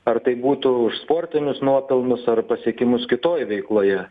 ar tai būtų už sportinius nuopelnus ar pasiekimus kitoj veikloje